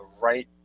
right